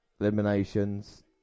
eliminations